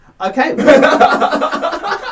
Okay